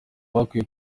bakwiye